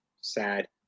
Sad